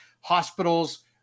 hospitals